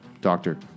Doctor